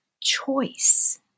choice